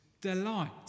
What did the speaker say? delight